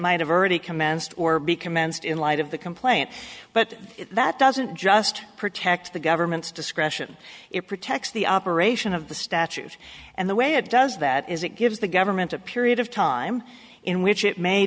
might have already commenced or be commenced in light of the complaint but that doesn't just protect the government's discretion it protects the operation of the statute and the way it does that is it gives the government a period of time in which it may